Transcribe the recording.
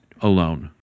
alone